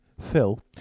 Phil